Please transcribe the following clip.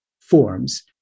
forms